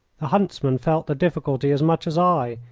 the huntsman felt the difficulty as much as i,